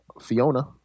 Fiona